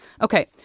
Okay